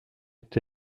est